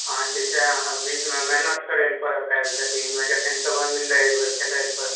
अहाँ जे छै अहाँके बीचमे मेहनत करय लए परत आबि कऽ दिनमे जखन समय मिललै एक बेर खेलै लए परत